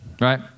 right